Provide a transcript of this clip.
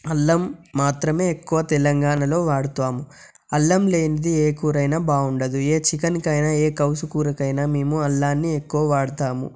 అల్లం మాత్రమే ఎక్కువ తెలంగాణలో వాడుతాము అల్లం లేనిది ఏ కూర అయినా బాగుండదు ఏ చికెన్ కైనా ఏ కంసు కూర కైనా మేము అల్లాన్ని ఎక్కువ వాడతాము